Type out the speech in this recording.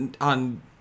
on